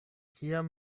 kiam